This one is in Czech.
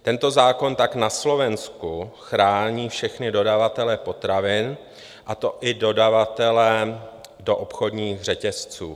Tento zákon tak na Slovensku chrání všechny dodavatele potravin, a to i dodavatele do obchodních řetězců.